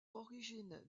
origine